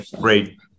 Great